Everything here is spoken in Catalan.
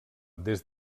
des